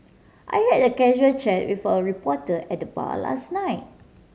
I had a casual chat with a reporter at bar last night